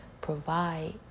provide